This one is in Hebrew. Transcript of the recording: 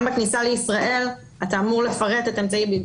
גם בכניסה לישראל, אתה אמור לפרט את אמצעי הבידוד.